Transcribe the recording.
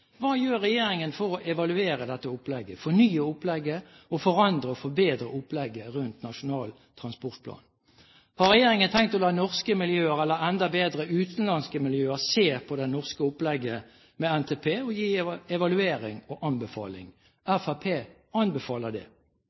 Hva gjør regjeringen for å evaluere dette opplegget, fornye opplegget og forandre og forbedre opplegget rundt Nasjonal transportplan? Har regjeringen tenkt å la norske miljøer – eller enda bedre: utenlandske miljøer – se på det norske opplegget med NTP og evaluere og gi anbefalinger? Fremskrittspartiet anbefaler det! Fremskrittspartiet anbefaler det